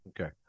Okay